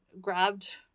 grabbed